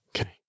Okay